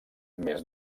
més